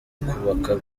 kubaka